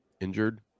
injured